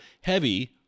heavy